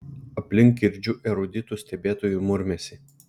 aplink girdžiu eruditų stebėtojų murmesį